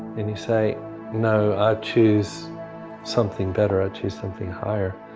and you say no i choose something better, i choose something higher,